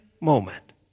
moment